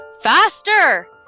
Faster